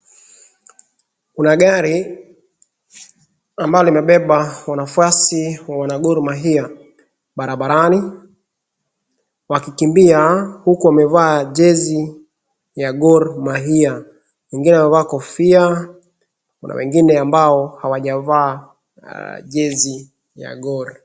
Kuna gari, ambalo limebeba wanafuasi wa wana Gor Mahia, barabarani, wakikimbia huku wameva jezi ya Gor Mahia wengine wamevaa kofia kuna wengine ambao hawajavaa jezi ya Gor.